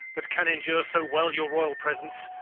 that can endure so well your royal presence,